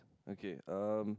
okay um